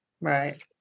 right